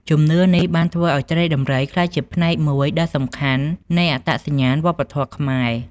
ជំនឿនេះបានធ្វើឱ្យត្រីដំរីក្លាយជាផ្នែកមួយដ៏សំខាន់នៃអត្តសញ្ញាណវប្បធម៌ខ្មែរ។